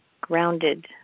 grounded